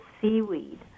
seaweed